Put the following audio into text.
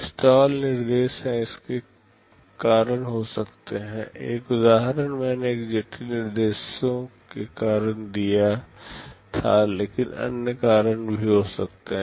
stall निर्देश इसके कारण हो सकते हैं एक उदाहरण मैंने एक जटिल निर्देशों के कारण दिया था लेकिन अन्य कारण भी हो सकते हैं